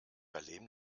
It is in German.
erleben